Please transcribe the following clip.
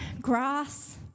grass